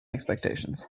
expectations